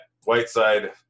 Whiteside